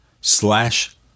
slash